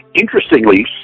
interestingly